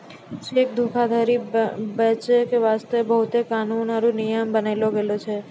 cheque धोखाधरी बचै के बास्ते बहुते कानून आरु नियम बनैलो गेलो छै